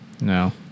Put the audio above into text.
No